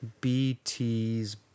BT's